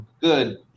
good